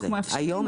אנחנו מאפשרים.